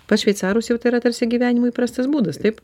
pas šveicarus jau tai yra tarsi gyvenimo įprastas būdas taip